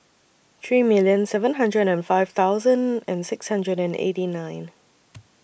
three million seven hundred and five thousand and six hundred and eighty nine